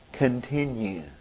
Continue